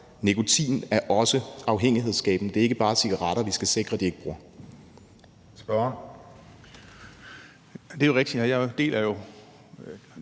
Nikotin er også afhængighedsskabende. Det er ikke bare cigaretter, vi skal sikre de ikke bruger.